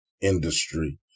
industry